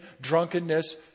drunkenness